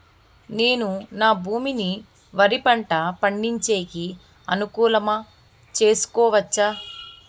నేను నా భూమిని వరి పంట పండించేకి అనుకూలమా చేసుకోవచ్చా?